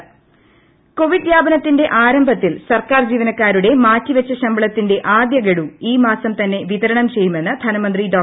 Thomas Isaac Covid വ്യാപനത്തിന്റെ ആരംഭത്തിൽ സർക്കാർ ജീവനക്കാരുടെ മാറ്റിവെച്ച ശമ്പളത്തിന്റെ ആദ്യഗഡു ഈ മാസം തന്നെ വിതരണം ചെയ്യുമെന്ന് ധനമന്ത്രി ഡോ